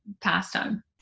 pastime